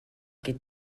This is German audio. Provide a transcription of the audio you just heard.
geht